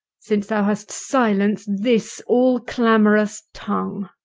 since thou hast silenced this all-clamorous tongue.